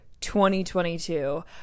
2022